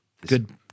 Good